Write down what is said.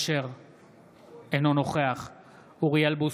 אינו נוכח אוריאל בוסו,